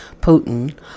Putin